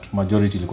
majority